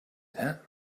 that